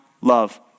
love